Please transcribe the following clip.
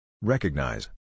Recognize